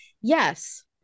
Yes